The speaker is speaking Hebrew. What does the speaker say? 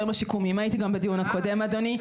הייתי גם בדיון הקודם אדוני,